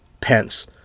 Pence